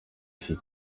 iki